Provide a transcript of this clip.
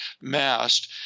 masked